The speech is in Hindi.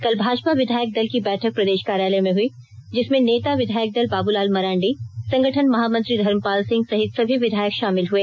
कल भाजपा विधायक दल की बैठक प्रदेश कार्यालय में हुई जिसमें नेता विधायकदल बाबूलाल मरांडी संगठन महामंत्री धर्मपाल सिंह सहित सभी विधायक षामिल हुए